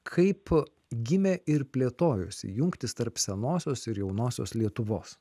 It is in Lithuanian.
kaip gimė ir plėtojosi jungtys tarp senosios ir jaunosios lietuvos